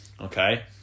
okay